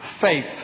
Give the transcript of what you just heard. faith